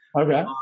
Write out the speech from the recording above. Okay